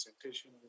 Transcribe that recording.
presentation